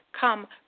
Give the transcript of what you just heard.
come